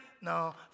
no